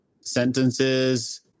sentences